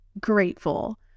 grateful